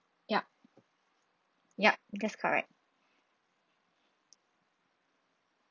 yup yup that's correct